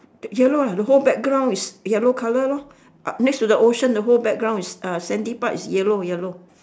yellow ah the whole background is yellow colour lor uh next to the ocean the whole background is uh sandy part is yellow yellow